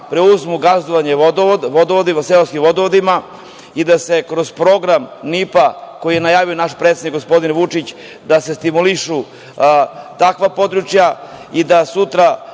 preuzmu gazdovanje seoskim vodovodima i da se kroz program NIP-a, koji je najavio naš predsednik gospodin Vučić, da se stimulišu takva područja i da sutra